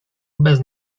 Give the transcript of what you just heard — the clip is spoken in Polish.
bez